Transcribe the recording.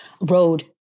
road